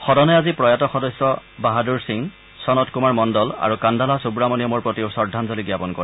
সদনে আজি প্ৰয়াত সদস্য বাহাদুৰ সিংচনট কুমাৰ মণ্ডল আৰু কাণ্ডালা সূৱমণিয়ামৰ প্ৰতিও শ্ৰদ্দাঞ্জলি জ্ঞাপন কৰে